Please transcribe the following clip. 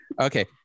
Okay